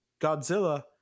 Godzilla